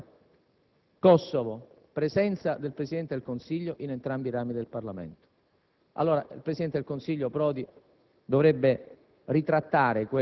26 marzo 1999, Kosovo: presenza del Presidente del Consiglio in entrambi i rami del Parlamento.